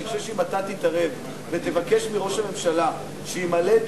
אני חושב שאם אתה תתערב ותבקש מראש הממשלה שימלא את